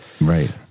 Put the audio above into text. right